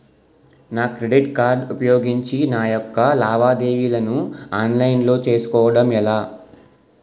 నా credit card ఉపయోగించి నా యెక్క లావాదేవీలను ఆన్లైన్ లో చేసుకోవడం ఎలా?